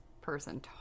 person